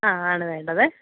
ആ ആണ് വേണ്ടത്